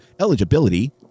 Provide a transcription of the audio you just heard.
Eligibility